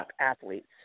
athletes